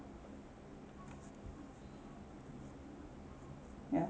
ya